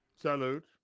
Salute